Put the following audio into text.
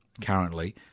currently